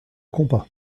compas